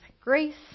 grace